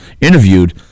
interviewed